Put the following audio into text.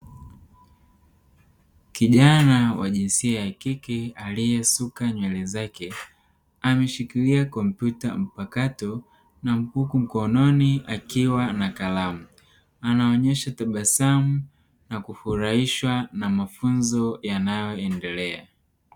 Kijana wa jinsia ya kike aliesuka nywele zake ameshikilia kompyuta mpakato huku mkononi akiwa na kalamu, anaonyesha tabasamu na kufurahishwa na mafunzo yanayoendelea.